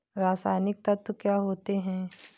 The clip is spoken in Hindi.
रसायनिक तत्व क्या होते हैं?